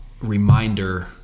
reminder